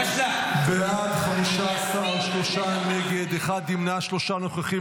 בעד 15, שלושה נגד, אחד נמנע, שלושה נוכחים.